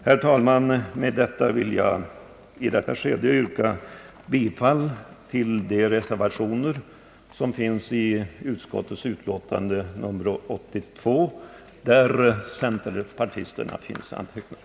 Herr talman, med detta vill jag yrka bifall till de reservationer i utskottets utlåtande nr 82 där centerpartister finns antecknade.